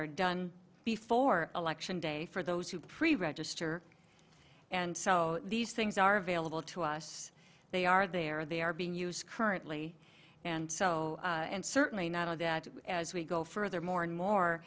are done before election day for those who pre register and so these things are available to us they are there they are being used currently and so and certainly not of that as we go further more and